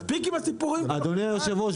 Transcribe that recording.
מספיק עם הסיפורים פה --- אדוני היו"ר,